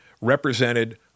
represented